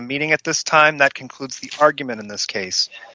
the meeting at this time that concludes the argument in this case